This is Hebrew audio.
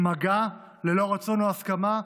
במגע ללא רצון או הסכמה,